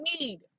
need